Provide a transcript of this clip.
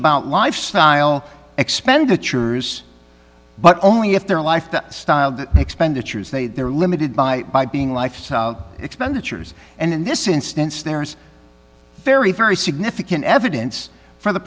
about lifestyle expenditures but only if their life style expenditures they are limited by by being life expenditures and in this instance there's very very significant evidence for the